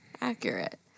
Accurate